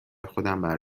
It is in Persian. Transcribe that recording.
خودمم